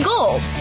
Gold